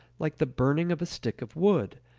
like the burning of a stick of wood,